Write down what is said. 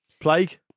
Plague